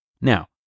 Now